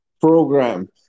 program